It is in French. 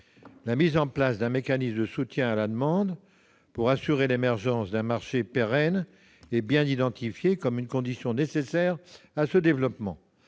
La mise en place d'un mécanisme de soutien à la demande, pour assurer l'émergence d'un marché pérenne, est bien identifiée comme une condition nécessaire à ce développement.